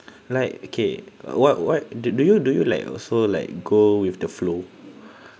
like okay uh what what do do you do you like also like go with the flow